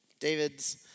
David's